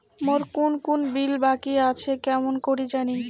মোর কুন কুন বিল বাকি আসে কেমন করি জানিম?